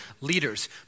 leaders